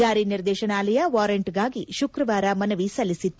ಜಾರಿ ನಿರ್ದೇಶನಾಲಯ ವಾರೆಂಟ್ಗಾಗಿ ಶುಕ್ರವಾರ ಮನವಿ ಸಲ್ಲಿಸಿತ್ತು